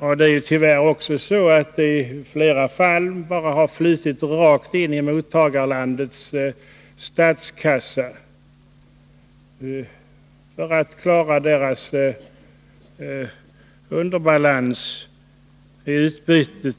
heller tidigare haft det. Detta stöd har också i flera fall bara flutit rakt in i mottagarlandets statskassa för att landet därigenom skulle klara sin underbalans i handelsutbytet.